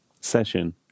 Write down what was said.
session